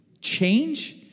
change